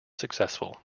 successful